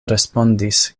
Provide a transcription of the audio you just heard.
respondis